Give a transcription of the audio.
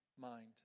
mind